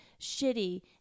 shitty